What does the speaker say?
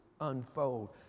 unfold